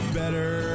better